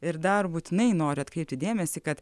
ir dar būtinai noriu atkreipti dėmesį kad